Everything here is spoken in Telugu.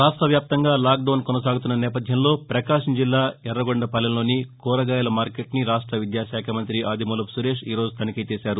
రాష్ట వ్యాప్తంగా లాక్డౌన్ కొనసాగుతున్న నేపథ్యంలో పకాశం జిల్లా యురగొండపాలెంలోని కూరగాయల మార్కెట్ను రాష్ట విద్యా శాఖ మంత్రి ఆదిమూలపు సురేష్ ఈరోజు తనిఖీ చేశారు